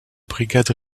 brigade